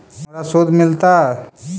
हमरा शुद्ध मिलता?